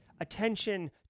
attention